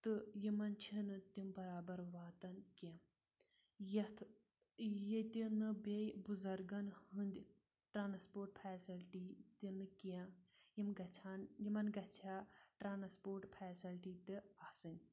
تہٕ یِمَن چھِنہٕ تِم برابر واتان کینٛہہ یَتھ ییٚتہِ نہٕ بیٚیہِ بُزرگَن ہنٛدۍ ٹرٛانَسپورٹ فیسَلٹی دِنہٕ کینٛہہ یِم گژھِ ہن یِمَن گژھِ ہَا ٹرٛانَسپورٹ فیسَلٹی تہِ آسٕنۍ